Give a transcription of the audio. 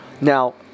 Now